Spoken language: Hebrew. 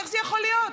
איך זה יכול להיות,